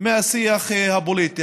מהשיח הפוליטי.